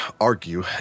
argue